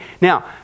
Now